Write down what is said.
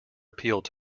appealed